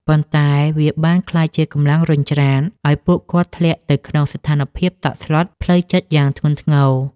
ប៉ុន្តែវាបានក្លាយជាកម្លាំងរុញច្រានឱ្យពួកគាត់ធ្លាក់ទៅក្នុងស្ថានភាពតក់ស្លុតផ្លូវចិត្តយ៉ាងធ្ងន់ធ្ងរ។